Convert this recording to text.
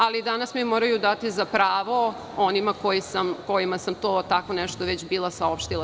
Ali danas mi moraju dati za pravo oni kojima sam to tako nešto već bila saopštila.